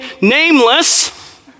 nameless